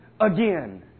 again